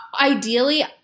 ideally